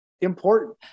important